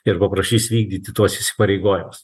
ir paprašys vykdyti tuos įsipareigojimus